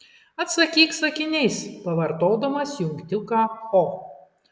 atsakyk sakiniais pavartodamas jungtuką o